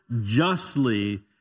justly